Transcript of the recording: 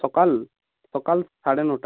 সকাল সকাল সাড়ে নটায়